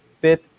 fifth